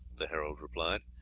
the herald replied,